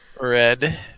Red